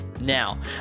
Now